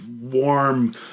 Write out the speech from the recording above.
warm